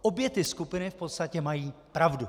Obě skupiny v podstatě mají pravdu.